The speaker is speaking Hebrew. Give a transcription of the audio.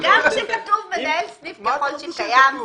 כתוב מנהל סניף ככל שקיים,